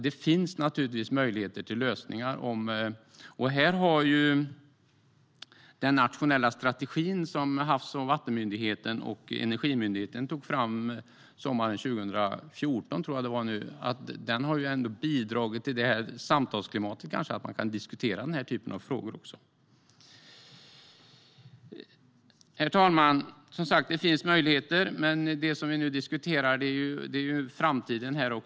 Det finns alltså möjligheter till lösningar, och här har den nationella strategin som Havs och vattenmyndigheten och Energimyndigheten tog fram sommaren 2014, tror jag att det var, ändå bidragit till ett samtalsklimat där man kan diskutera den här typen av frågor också. Herr talman! Det finns som sagt möjligheter, men det som vi nu diskuterar är framtiden.